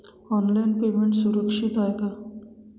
Online payment सुरक्षित आहे का?